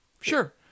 sure